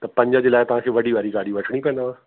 त पंज जे लाइ तव्हांखे वॾी गाॾी वठिणी पवंदव